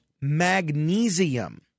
magnesium